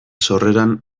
sorreran